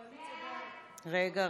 סעיף 1,